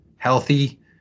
healthy